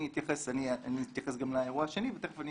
אני אתייחס גם לאירוע השני, ותיכף אני